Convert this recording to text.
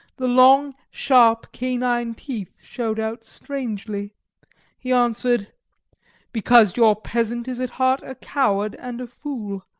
the long, sharp, canine teeth showed out strangely he answered because your peasant is at heart a coward and a fool!